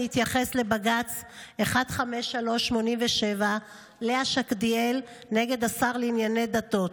אני אתייחס לבג"ץ 153/87 לאה שקדיאל נ' השר לענייני דתות.